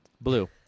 Blue